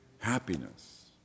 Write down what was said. happiness